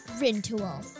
Rintoul